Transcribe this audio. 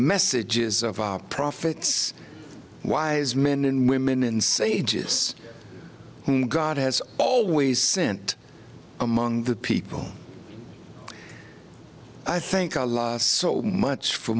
messages of our profits wise men and women in sages whom god has always sent among the people i think i lost so much for